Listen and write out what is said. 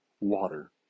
water